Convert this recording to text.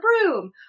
broom